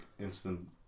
instant